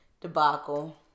Debacle